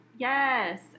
Yes